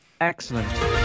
Excellent